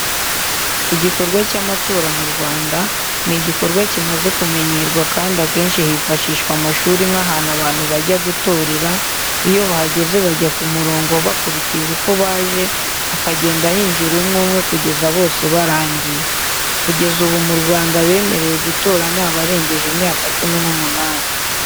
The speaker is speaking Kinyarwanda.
Igikorwa cy'amatora mu Rwanda ni igikorwa kimaze kumenyerwa kandi akenshi hifashishwa amashuri nk'ahantu abantu bajya gutorera, iyo bahageze bajya ku murongo bakurikije uko baje hakagenda hinjira umwe umwe kugeza bose barangiye. Kugeza ubu mu Rwanda abemerewe gutora ni abarengeje imyaka cumi n'umunani.